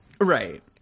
right